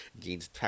Gains